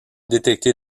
détecter